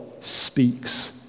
speaks